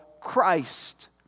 Christ